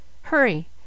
Hurry